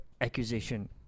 accusation